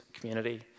community